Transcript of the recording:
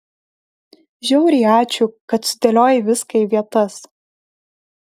žiauriai ačiū kad sudėliojai viską į vietas